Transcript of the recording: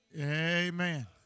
Amen